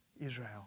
Israel